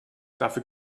dafür